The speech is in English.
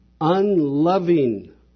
unloving